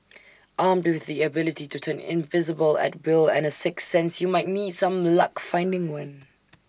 armed with the ability to turn invisible at will and A sixth sense you might need some luck finding one